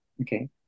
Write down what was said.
Okay